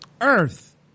Earth